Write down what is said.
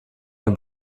mehr